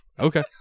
Okay